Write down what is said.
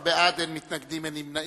12 בעד, אין מתנגדים, אין נמנעים.